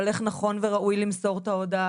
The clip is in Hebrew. על איך נכון וראוי למסור את ההודעה,